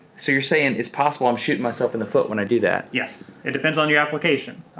so you're saying it's possible i'm shooting myself in the foot when i do that? yes. it depends on your application.